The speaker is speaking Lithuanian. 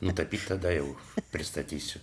nutapyti tada jau pristatysiu